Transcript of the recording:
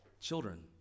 children